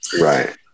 Right